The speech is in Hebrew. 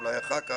אולי אחר כך,